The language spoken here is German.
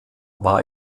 war